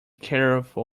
careful